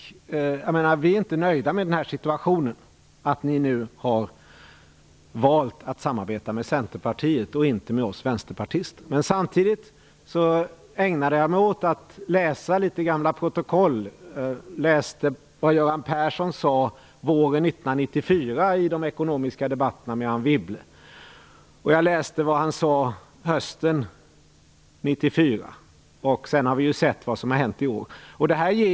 Vi vänsterpartister är visserligen inte nöjda med den här situationen, att Socialdemokraterna nu har valt att samarbeta med Centerpartiet och inte med oss. Men jag har ägnat mig åt att läsa en del gamla protokoll. Jag har läst vad Göran Persson sade våren 1994 i de ekonomiska debatterna med Anne Wibble, och jag har läst vad han sade hösten 1994. Vad som har hänt i år har vi ju sett.